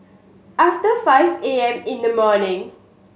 after five A M in the morning